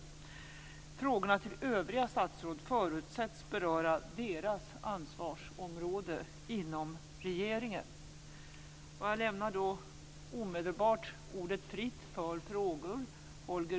Frågorna till övriga statsråd förutsätts beröra deras ansvarsområden inom regeringen. Jag lämnar omedelbart ordet fritt för frågor.